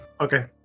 Okay